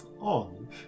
on